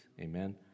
Amen